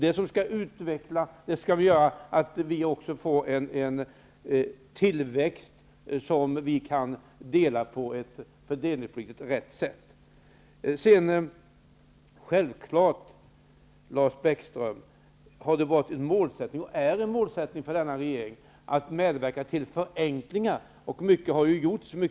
Det är det som skall göra att vi också får en tillväxt som vi kan dela på ett fördelningspolitiskt riktigt sätt. Självfallet, Lars Bäckström, har det varit -- och är -- en målsättning för denna regering att medverka till förenklingar. Och mycket har ju gjorts.